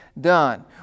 done